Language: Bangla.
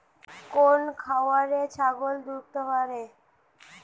কোন খাওয়ারে ছাগল দ্রুত বাড়ে?